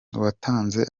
uwatanze